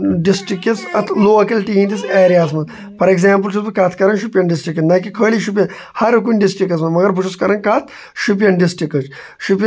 بَرابَر بَرابَرا نہ چھِ پِگلان نہ چھِ کینٛہہ ہُتھ کَنۍ چھِ اَنان أسۍ اَکھ اَکھ آیِس کرٛیٖم تھَماوا اَتھَس منٛز تہٕ تَتھ چھُنہٕ تیوٗتاہ ٹیسٹ یِوان کِہیٖنۍ یوٗتاہ یِتھ فیملی پیکَس چھُ یِوان